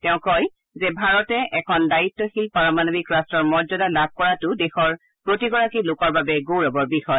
তেওঁ কয় যে ভাৰতে এখন দায়িত্বশালী পাৰমাণৱিক ৰাট্টৰ মৰ্যাদা লাভ কৰাটো দেশৰ প্ৰতিগৰাকী লোকৰ বাবে গৌৰৱৰ বিষয়